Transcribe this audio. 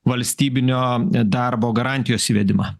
valstybinio darbo garantijos įvedimą